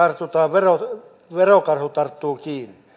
verokarhu tarttuu kiinni